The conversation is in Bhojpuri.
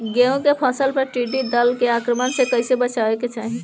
गेहुँ के फसल पर टिड्डी दल के आक्रमण से कईसे बचावे के चाही?